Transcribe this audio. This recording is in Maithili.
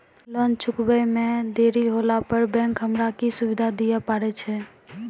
लोन चुकब इ मे देरी होला पर बैंक हमरा की सुविधा दिये पारे छै?